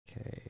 Okay